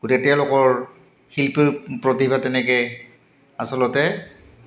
গতিকে তেওঁলোকৰ শিল্পীৰ প্ৰতিভা তেনেকৈ আচলতে